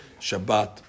Shabbat